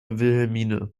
wilhelmine